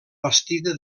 bastida